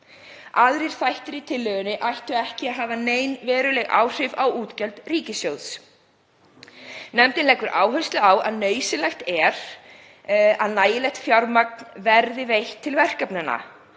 Aðrir þættir í tillögunni ættu ekki að hafa nein veruleg áhrif á útgjöld ríkissjóðs. Nefndin leggur áherslu á að nauðsynlegt er að nægilegt fjármagn verði veitt til verkefnanna,